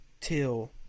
till